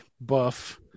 buff